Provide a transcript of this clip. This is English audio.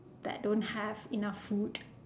that don't have enough food